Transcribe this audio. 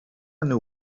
nhw